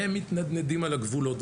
הם מתנדנדים על הגבולות.